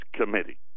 Committee